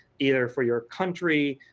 either for your country,